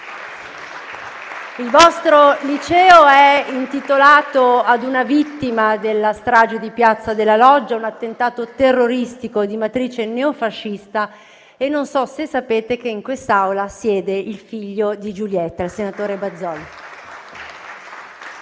Il vostro liceo è intitolato a una vittima della strage di Piazza della Loggia, un attentato terroristico di matrice neofascista. Non so se sapete che in quest'Aula siede il figlio di Giulietta, il senatore Bazoli.